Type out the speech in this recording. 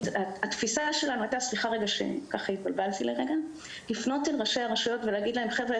התפיסה שלנו היתה לפנות אל ראשי הרשויות ולהגיד שיש